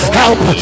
help